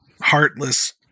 heartless